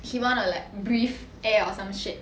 he wanna like breathe air or some shit